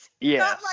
Yes